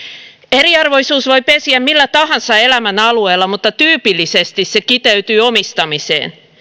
eriarvoisuus voi pesiä millä tahansa elämänalueella mutta tyypillisesti se kiteytyy omistamiseen